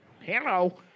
Hello